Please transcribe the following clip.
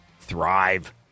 thrive